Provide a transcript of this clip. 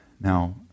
Now